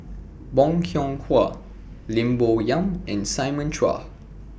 Bong Hiong Hwa Lim Bo Yam and Simon Chua